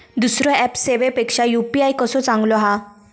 दुसरो ऍप सेवेपेक्षा यू.पी.आय कसो चांगलो हा?